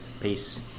Peace